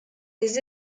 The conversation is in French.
les